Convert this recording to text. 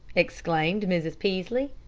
exclaimed mrs. peaslee.